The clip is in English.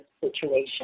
situation